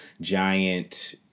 giant